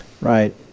Right